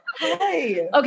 okay